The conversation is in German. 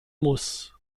muss